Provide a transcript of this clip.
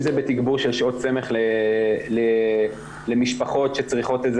אם זה בתגבור של שעות סמך למשפחות שצריכות את זה